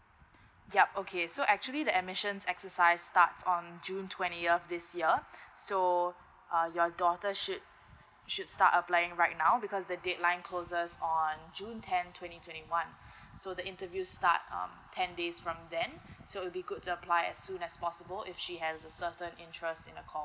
yup okay so actually the admissions exercise starts on june twentieth this year so uh your daughter should should start applying right now because the deadline closes or june tenth twenty twenty one so the interviews starts um ten days from then so it will be good to apply as soon as possible if she has a certain interest in a course